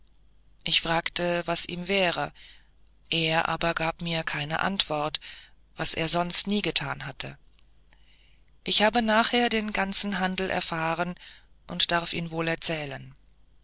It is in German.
ich fragte was ihm wäre er aber gab mir gar keine antwort was er sonst nie getan hatte ich habe nachher den ganzen handel erfahren und darf ihn wohl erzählen